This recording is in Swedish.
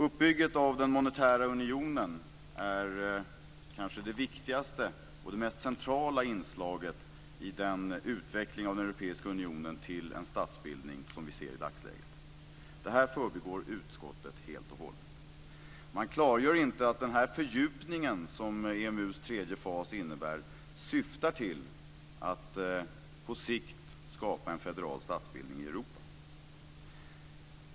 Uppbyggandet av den monetära unionen är kanske det viktigaste och det mest centrala inslaget i den utveckling av den europeiska unionen till en statsbildning som vi i dagsläget ser. Detta förbigår utskottet helt och hållet. Man klargör inte att den fördjupning som EMU:s tredje fas innebär syftar till att på sikt skapa en federal statsbildning i Europa.